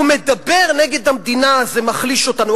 הוא מדבר נגד המדינה, זה מחליש אותנו.